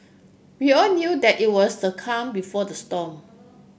we all knew that it was the calm before the storm